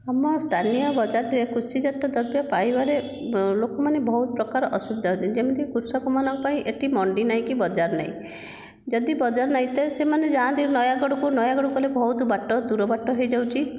ଆମ ସ୍ଥାନୀୟ ବଜାରରେ କୃଷିଜାତ ଦ୍ରବ୍ୟ ପାଇବାରେ ଲୋକମାନେ ବହୁତ ପ୍ରକାର ଅସୁବିଧା ହେଉଚନ୍ତି ଯେମିତି କୃଷକମାନଙ୍କ ପାଇଁ ଏଠି ମଣ୍ଡି ନାହିଁ କି ବଜାର ନାଇଁ ଯଦି ବଜାର ନାଇଁ ତ ସେମାନେ ଯାଆନ୍ତି ନୟାଗଡ଼ ନୟାଗଡ଼କୁ ଗଲେ ବହୁତ ବାଟ ଦୂରବାଟ ହୋଇଯାଉଛି